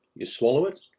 you swallow it.